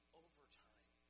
overtime